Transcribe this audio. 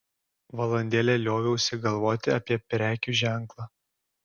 valandėlę lioviausi galvoti apie prekių ženklą